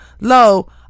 Lo